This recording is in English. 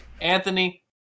Anthony